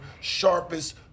Sharpest